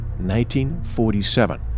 1947